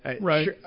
right